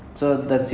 mm